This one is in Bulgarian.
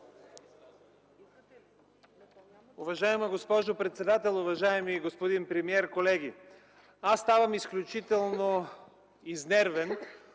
Уважаема госпожо председател, уважаеми господин премиер, колеги! Аз ставам изключително изнервен